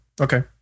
okay